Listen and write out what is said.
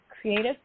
creative